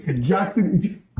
Jackson